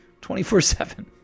24-7